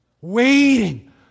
Waiting